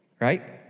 right